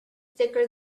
thicker